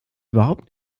überhaupt